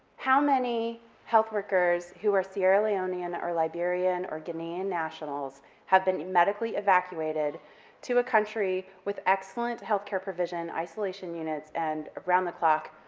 how many health workers who are sierra leonean or liberian or guinean nationals have been medically evacuated to a country with excellent healthcare provision, isolation units, and around the clock,